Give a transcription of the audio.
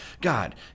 God